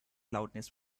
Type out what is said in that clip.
loudness